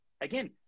again